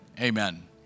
amen